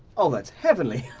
ohhh, that's heavenly!